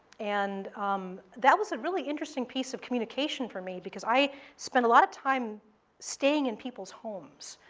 and that was a really interesting piece of communication for me because i spent a lot of time staying in people's homes.